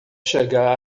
chegar